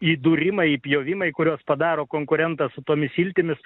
įdūrimai įpjovimai kuriuos padaro konkurentas su tomis iltimis